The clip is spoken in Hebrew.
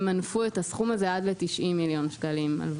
ימנפו את הסכום הזה עד ל-90 מיליון שקלים הלוואות.